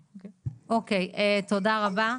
אוקיי, תודה רבה.